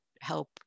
help